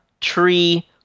tree